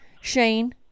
Shane